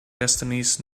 destinies